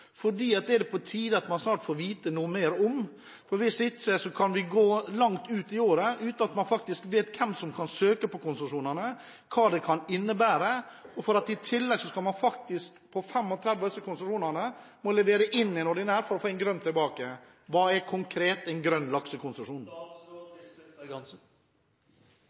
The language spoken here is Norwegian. er det på tide at man snart får vite noe mer om. Hvis ikke kan det gå langt ut i året uten man faktisk vet hvem som kan søke på konsesjonene, og hva det kan innebære. I tillegg må man faktisk på 35 av disse konsesjonene levere inn en ordinær for å få en grønn tilbake. Hva er konkret en grønn